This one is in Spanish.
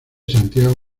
santiago